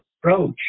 approach